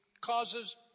causes